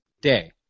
day